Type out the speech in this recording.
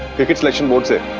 cricket selection